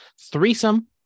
threesome